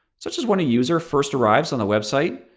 such as when a user first arrives on the website,